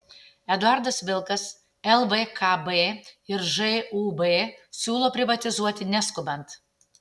eduardas vilkas lvkb ir žūb siūlo privatizuoti neskubant